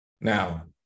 Now